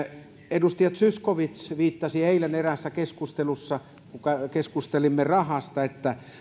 edustaja zyskowicz viittasi eilen eräässä keskustelussa kun keskustelimme rahasta että